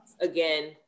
again